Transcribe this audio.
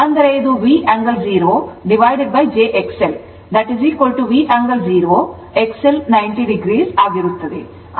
ಅಂದರೆ ಇದು V angle 0jXLV angle 0 XL 90 o ಆಗಿರುತ್ತದೆ